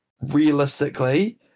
realistically